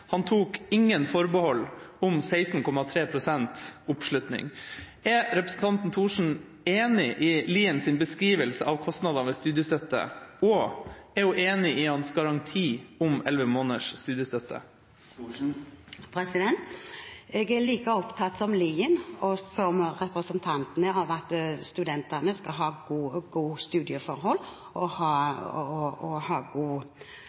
han tok ingen forbehold om 16,3 pst. oppslutning. Er representanten Thorsen enig i Liens beskrivelse av kostnadene ved studiestøtte, og er hun enig i hans garanti om 11 måneders studiestøtte? Jeg er like opptatt som Tord Lien og representanten Henriksen av at studentene skal ha gode studieforhold og tålelig bra økonomi under studiene. Det er også verdt å